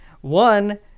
One